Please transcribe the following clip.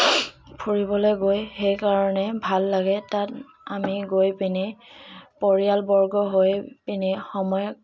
ফুৰিবলৈ গৈ সেইকাৰণে ভাল লাগে তাত আমি গৈ পিনি পৰিয়ালবৰ্গৰ হৈ পিনি সময়ত